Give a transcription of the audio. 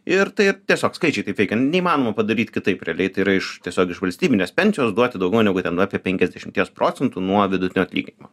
ir tai tiesiog skaičiai taip veikia neįmanoma padaryt kitaip realiai tai yra iš tiesiog iš valstybinės pensijos duoti daugiau negu ten apie penkiasdešimties procentų nuo vidutinio atlyginimo